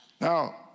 Now